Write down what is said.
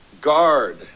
guard